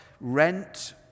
rent